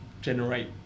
generate